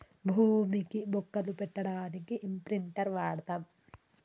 భూమికి బొక్కలు పెట్టడానికి ఇంప్రింటర్ వాడతం